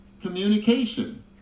communication